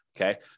Okay